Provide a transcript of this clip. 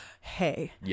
hey